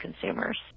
consumers